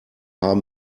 haben